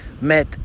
met